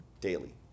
daily